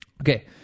Okay